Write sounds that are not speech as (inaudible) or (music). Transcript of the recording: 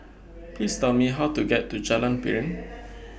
(noise) Please Tell Me How to get to Jalan Piring